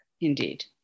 Indeed